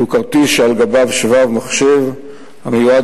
שהוא כרטיס שעל גביו שבב מחשב המיועד